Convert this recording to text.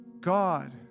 God